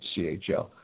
CHL